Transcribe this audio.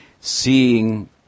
seeing